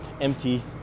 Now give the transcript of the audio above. empty